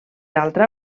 altra